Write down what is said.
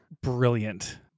brilliant